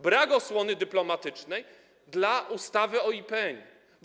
Brak osłony dyplomatycznej dla ustawy o IPN-ie.